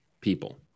people